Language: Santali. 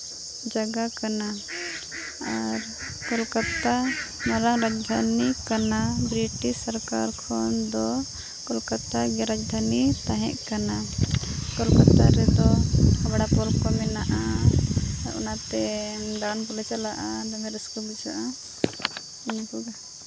ᱡᱟᱭᱜᱟ ᱠᱟᱱᱟ ᱟᱨ ᱠᱳᱞᱠᱟᱛᱟ ᱢᱟᱲᱟᱝ ᱨᱟᱡᱽᱫᱷᱟᱹᱱᱤ ᱠᱟᱱᱟ ᱵᱨᱤᱴᱤᱥ ᱥᱚᱨᱠᱟᱨ ᱠᱷᱚᱱ ᱫᱚ ᱠᱳᱞᱠᱟᱛᱟ ᱜᱮ ᱨᱟᱡᱽᱫᱷᱟᱹᱱᱤ ᱛᱟᱦᱮᱸ ᱠᱟᱱᱟ ᱠᱳᱞᱠᱟᱛᱟ ᱨᱮᱫᱚ ᱦᱟᱣᱲᱟ ᱯᱳᱞ ᱠᱚ ᱢᱮᱱᱟᱜᱼᱟ ᱟᱨ ᱚᱱᱟᱛᱮ ᱫᱟᱬᱟᱱ ᱠᱚᱞᱮ ᱪᱟᱞᱟᱜᱼᱟ ᱫᱚᱢᱮ ᱨᱟᱹᱥᱠᱟᱹ ᱵᱩᱡᱷᱟᱹᱜᱼᱟ ᱚᱱᱟ ᱠᱚᱜᱮ